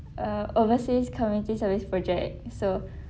uh overseas community service project so